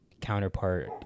counterpart